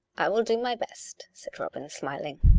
i will do my best, said robin, smiling.